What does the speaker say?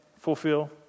fulfill